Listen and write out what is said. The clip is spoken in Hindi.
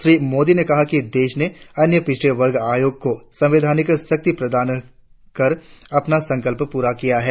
श्री मोदी ने कहा कि देश ने अन्य पिछड़ा वर्ग आयोग को संवैधानिक शक्तियां प्रदान कर अपना संकल्प पूरा किया है